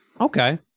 Okay